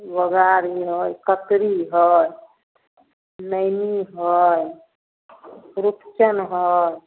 बोआरी हइ ककड़ी हइ नैनी हइ रुपचन हइ